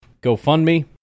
GoFundMe